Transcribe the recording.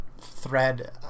thread